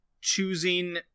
choosing